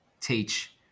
teach